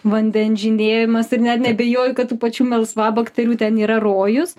vandens žydėjimas ir net neabejoju kad tų pačių melsvabakterių ten yra rojus